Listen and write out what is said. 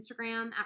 Instagram